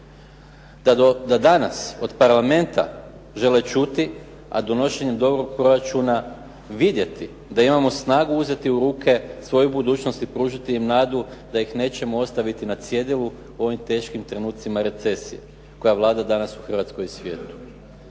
Da danas od Parlamenta žele čuti, a donošenjem dobrog proračuna vidjeti da imamo snagu uzeti u ruke svoju budućnost i pružiti im nadu da ih nećemo ostaviti na cjedilu u ovim teškim trenucima recesije koja vlada danas u Hrvatskoj i u svijetu.